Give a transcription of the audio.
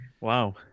Wow